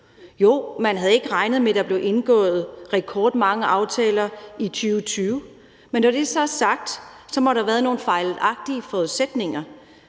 Jo, man havde ikke regnet med, at der blev indgået rekordmange aftaler i 2020, men når det så er sagt, må der have været nogle fejlagtige forudsætninger.